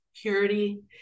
purity